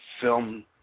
film